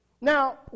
Now